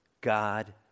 God